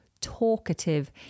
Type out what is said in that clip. talkative